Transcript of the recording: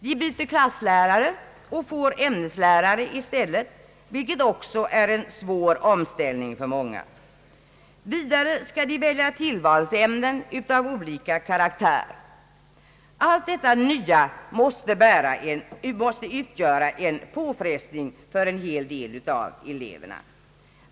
De lämnar klassläraren och får ämneslärare i stället, vilket är en svår omställning för många. Vidare skall de välja tillvalsämnen av olika karaktär. Allt detta nya måste utgöra en påfrestning för en hel del av eleverna.